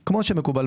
נכון.